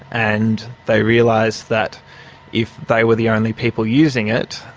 and they realised that if they were the only people using it,